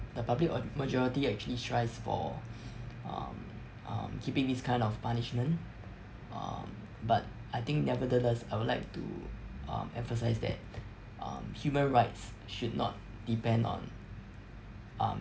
the public o~ majority actually strives for um um keeping this kind of punishment um but I think nevertheless I would like to um emphasize that um human rights should not depend on um